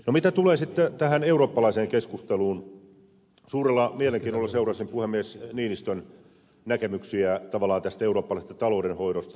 no mitä tulee sitten tähän eurooppalaiseen keskusteluun suurella mielenkiinnolla seurasin puhemies niinistön näkemyksiä tavallaan tästä eurooppalaisesta taloudenhoidosta